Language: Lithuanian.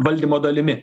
valdymo dalimi